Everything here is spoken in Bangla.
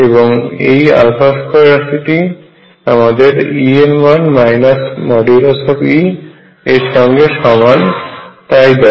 এবং এই 2 রাশিটি আমদের E এর মান E এর সঙ্গে সমান তাই দেয়